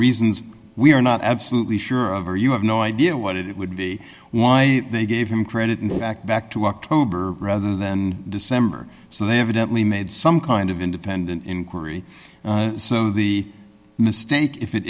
reasons we are not absolutely sure of or you have no idea what it would be why they gave him credit in the act back to october rather than december so the evidently made some kind of independent inquiry so the mistake if it